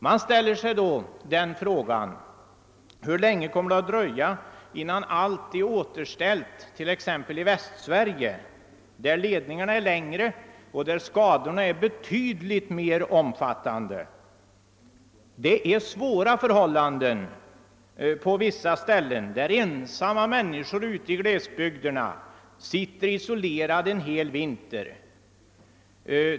Man ställer sig frågan hur länge det kommer att dröja innan allt är återställt i t.ex. Västsverige, där ledningarna är mycket längre och skadorna betydligt mera omfattande. Förhållandena är svåra på vissa håll, där ensamma människor ute i glesbygden kommer att få sitta isolerade en hel vinter utan telefonförbindelser.